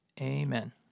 amen